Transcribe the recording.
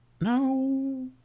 No